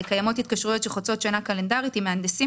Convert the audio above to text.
קיימות התקשרויות שחוצות שנה קלנדרית עם מהנדסים